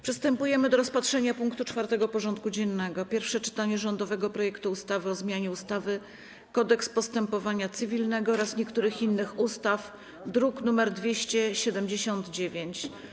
Przystępujemy do rozpatrzenia punktu 4. porządku dziennego: Pierwsze czytanie rządowego projektu ustawy o zmianie ustawy - Kodeks postępowania cywilnego oraz niektórych innych ustaw (druk nr 279)